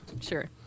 Sure